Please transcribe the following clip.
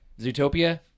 Zootopia